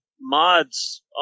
mods